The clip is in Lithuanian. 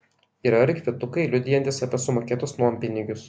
yra ir kvitukai liudijantys apie sumokėtus nuompinigius